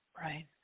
Right